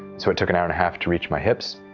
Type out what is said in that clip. so it took an hour and a half to reach my hips.